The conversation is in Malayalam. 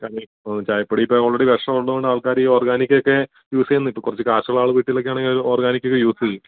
കാരണവി ചായപ്പൊടി ഇപ്പം ആൾറെഡി വിഷമുള്ളത് കൊണ്ട് ആൾക്കാരീ ഓർഗാനിക്കക്കെ യൂസ് ചെയ്യുന്ന ഇപ്പം കുറച്ച് കാശുള്ള ആൾ വീട്ടിലക്കെ ആണെങ്കിൽ ഓർഗാനിക്കക്കെ യൂസ് ചെയ്യും